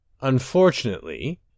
Unfortunately